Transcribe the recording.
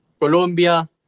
Colombia